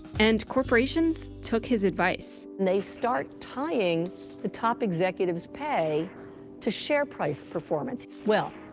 and corporations took his advice. they start tying the top executives' pay to share price performance. well,